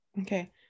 Okay